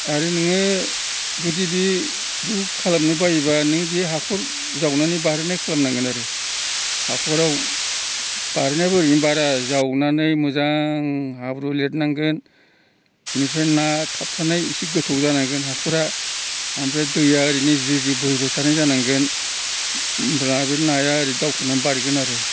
आरो नोङो जुदि बिदि खालामनो बायोब्ला नों बे हाखर जावनानै बारहोनाय खालामनांगोन आरो हाखराव बारनायाबो ओरैनो बारा जावनानै मोजां हाब्रु लिरनांगोन इनिफ्राय ना थाबथानाय एसे गोथौ जानांगोन हाखरा ओमफ्राय दैया ओरैनो ज्रि ज्रि बोहैबाय थानाय जानांगोन होमब्ला बे नाया ओरै दावखोना बारगोन आरो